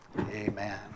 Amen